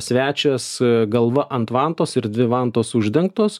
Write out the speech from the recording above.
svečias galva ant vantos ir dvi vantos uždengtos